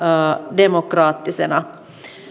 demokraattisena